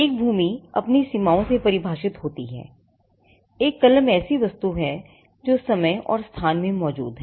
एक भूमि अपनी सीमाओं से परिभाषित होती है एक कलम एक ऐसी वस्तु है जो समय और स्थान में मौजूद है